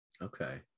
Okay